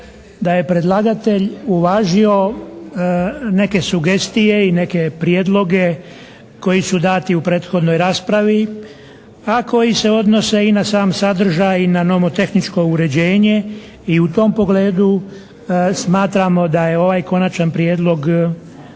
da je predlagatelj uvažio neke sugestije i neke prijedloge koji su dati u prethodnoj raspravi a koji se odnose i na sam sadržaj i na nomotehničko uređenje i u tom pogledu smatramo da je ovaj Konačan prijedlog